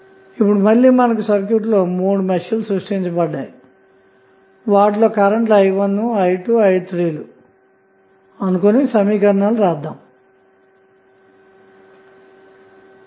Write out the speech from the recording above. ఇప్పుడు మళ్ళీ మనకు సర్క్యూట్లో మూడు మెష్లు సృష్టించబడ్డాయి వాటిలో గల కరెంటులు i1 i2 and i3ల కొరకు మెష్ సమీకరణాలు వ్రాద్దాము